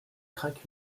craque